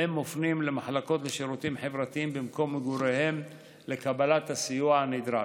והם מופנים למחלקות לשירותים חברתיים במקום מגוריהם לקבלת הסיוע הנדרש.